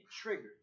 triggered